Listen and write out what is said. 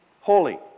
holy